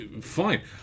Fine